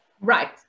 right